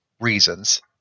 reasons